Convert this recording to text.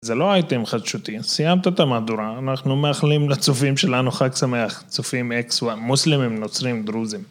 זה לא אייטם חדשותי, סיימת את המהדורה, אנחנו מאחלים לצופים שלנו חג שמח, צופים אקסואן, מוסלמים, נוצרים, דרוזים.